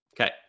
Okay